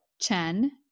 Chen